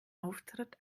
auftritt